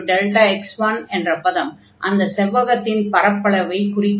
fc1Δx1 என்ற பதம் அந்த செவ்வகத்தின் பரப்பளவைக் குறிக்கும்